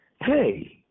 hey